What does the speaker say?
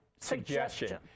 suggestion